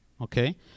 okay